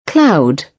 cloud